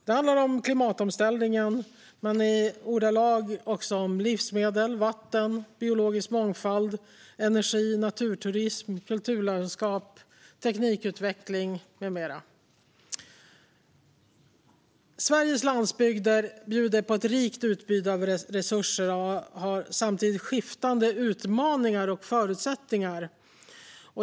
Det handlar om klimatomställningen, men i konkreta ordalag också om livsmedel, vatten, biologisk mångfald, energi, naturturism, kulturlandskap, teknikutveckling med mera. Sveriges landsbygder bjuder på ett rikt utbud av resurser och har samtidigt skiftande utmaningar och förutsättningar.